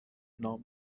نام